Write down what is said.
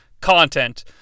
content